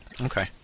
Okay